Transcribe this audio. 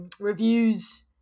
reviews